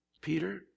Peter